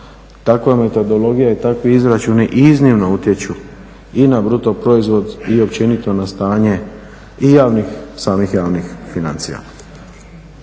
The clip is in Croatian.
takva metodologija i takvi izračuni iznimno utječu i i na bruto proizvod i općenito na stanje samih javnih financija.